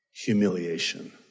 Humiliation